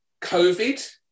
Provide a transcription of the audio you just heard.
COVID